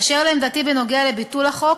אשר לעמדתי בנוגע לביטול החוק,